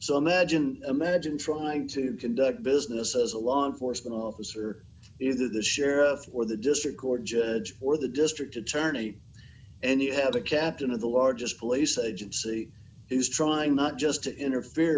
so imagine imagine trying to conduct business as a law enforcement officer is that the sheriff or the district court judge or the district attorney and you have a captain of the largest police agency who's trying not just to interfere